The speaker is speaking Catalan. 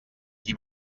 qui